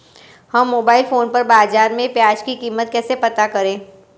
हम mobile phone पर बाज़ार में प्याज़ की कीमत कैसे पता करें?